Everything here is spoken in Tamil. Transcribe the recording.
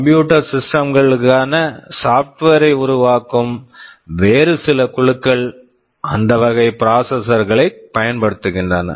கம்ப்யூட்டர் சிஸ்டம் computer system களுக்கான சாப்ட்வேர் software ஐ உருவாக்கும் வேறு சில குழுக்கள் அந்த வகை ப்ராசஸர்களை processor களை பயன்படுத்துகின்றன